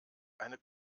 eine